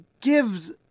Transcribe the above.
gives